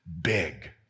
big